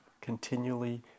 continually